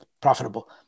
profitable